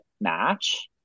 match